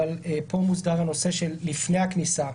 אבל פה מוסדר הנושא של לפני הכניסה,